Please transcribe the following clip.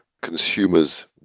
consumers